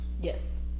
Yes